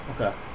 Okay